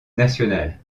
nationale